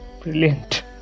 Brilliant